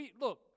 look